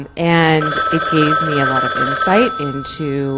and and it gave me a lot of insight into